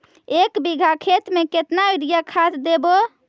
एक बिघा खेत में केतना युरिया खाद देवै?